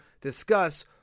discuss